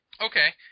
Okay